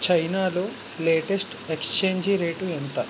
చైనాలో latest exchange rate ఎంత